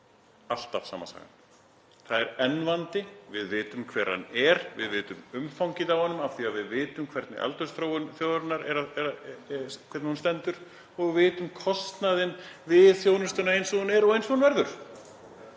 alltaf sama sagan. Það er enn vandi. Við vitum hver hann er. Við vitum umfangið á honum af því að við vitum hver aldursþróun þjóðarinnar er og vitum kostnaðinn við þjónustuna eins og hún er og eins og hún verður.